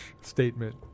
statement